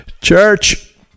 church